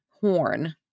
Horn